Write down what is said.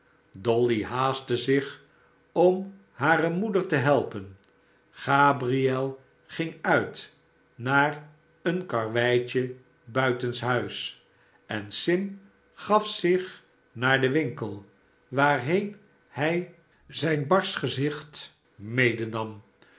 dolly haastte zich om hare moeder te helpen gabriel ging uit naar een karreweitje buitenshuis en sim begaf zich naar den winkel waarheen hij zijn barsch gezicht medenam